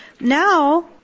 Now